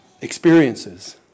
experiences